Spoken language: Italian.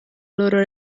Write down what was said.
loro